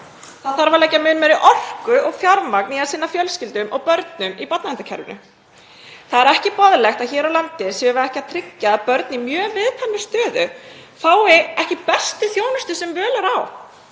Það þarf að leggja mun meiri orku og fjármagn í að sinna fjölskyldum og börnum í barnaverndarkerfinu. Það er ekki boðlegt að hér á landi séum við ekki að tryggja að börn í mjög viðkvæmri stöðu fái ekki bestu þjónustu sem völ er á.